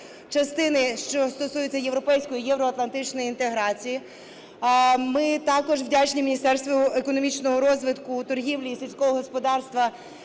частини, що стосуються європейської і євроатлантичної інтеграції. Ми також вдячні Міністерству економічного розвитку, торгівлі і сільського господарства